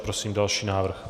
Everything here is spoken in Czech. Prosím další návrh.